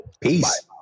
Peace